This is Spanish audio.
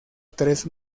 tres